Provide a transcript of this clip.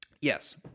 Yes